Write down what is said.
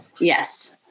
Yes